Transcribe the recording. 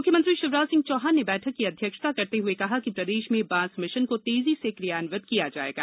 म्ख्यमंत्री शिवराज सिंह चौहान ने बैठक की अध्यक्षता करते हए कहा कि प्रदेश में बांस मिशन को तेजी से क्रियान्वित किया जाएगा